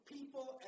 People